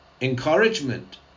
Encouragement